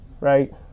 right